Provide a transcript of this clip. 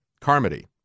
Carmody